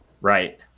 Right